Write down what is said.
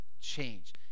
change